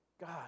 God